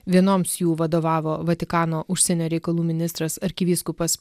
vienoms jų vadovavo vatikano užsienio reikalų ministras arkivyskupas